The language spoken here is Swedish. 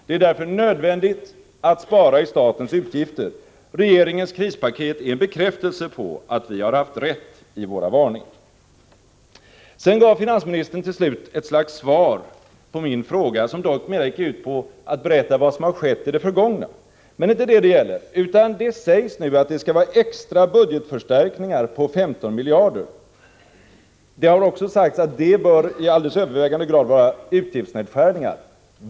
Det är därför nödvändigt att spara i statens utgifter, och regeringens krispaket är en bekräftelse på att vi har haft rätt i våra varningar. Finansministern gav till sist ett slags svar på min fråga, som dock mest gick ut på att berätta vad som har skett i det förgångna. Det är inte det jag syftar på. Det sägs nu att det skall göras extra budgetförstärkningar på 15 miljarder kronor. Det har också sagts att dessa i alldeles övervägande grad bör ske genom utgiftsnedskärningar.